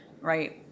right